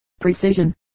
precision